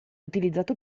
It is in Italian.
utilizzato